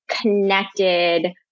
connected